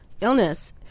illness